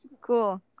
Cool